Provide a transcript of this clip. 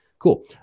Cool